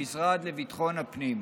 המשרד לביטחון הפנים,